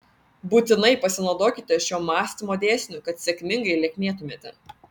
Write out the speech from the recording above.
būtinai pasinaudokite šiuo mąstymo dėsniu kad sėkmingai lieknėtumėte